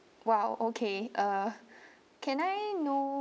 !wow! okay uh can I know